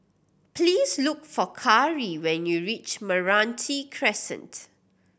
please look for Kari when you reach Meranti Crescent